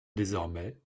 désormais